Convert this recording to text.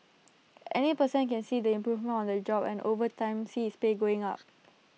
any person can see the improvement on their job and over time see his pay going up